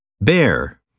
Bear